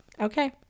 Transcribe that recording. Okay